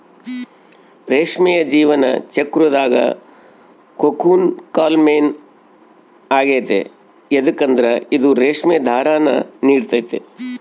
ರೇಷ್ಮೆಯ ಜೀವನ ಚಕ್ರುದಾಗ ಕೋಕೂನ್ ಕಾಲ ಮೇನ್ ಆಗೆತೆ ಯದುಕಂದ್ರ ಇದು ರೇಷ್ಮೆ ದಾರಾನ ನೀಡ್ತತೆ